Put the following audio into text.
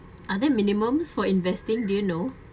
are there minimums for investing do you know